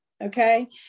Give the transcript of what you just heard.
okay